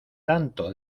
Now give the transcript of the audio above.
tanto